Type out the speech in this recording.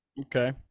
Okay